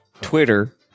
Twitter